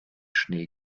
schnee